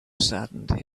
saddened